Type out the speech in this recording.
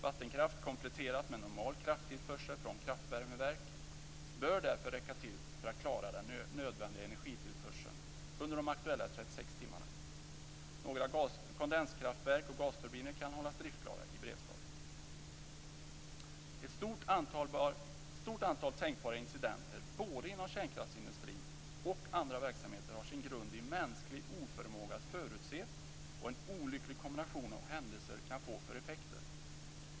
Vattenkraft kompletterad med normal krafttillförsel från kraftvärmeverk bör därför räcka till för att klara den nödvändiga energitillförseln under de aktuella 36 timmarna. Några kondenskraftverk och gasturbiner kan hållas driftklara i beredskap. Ett stort antal tänkbara incidenter både inom kärnkraftsindustrin och inom andra verksamheter har sin grund i mänsklig oförmåga att förutse vad en olycklig kombination av händelser kan få för effekter.